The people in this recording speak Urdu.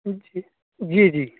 جی جی جی